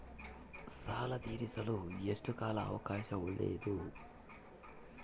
ಸಾಲ ತೇರಿಸಲು ಎಷ್ಟು ಕಾಲ ಅವಕಾಶ ಒಳ್ಳೆಯದು?